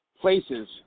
places